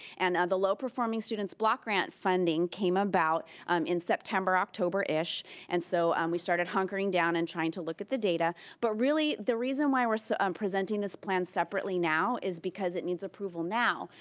and the low performance students block grant funding came about in september or october ish and so we started hunkering down and trying to look at the data, but really the reason why we're so um presenting this plan separately now is because it needs approval now.